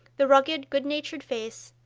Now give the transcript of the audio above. the rugged, good-natured face,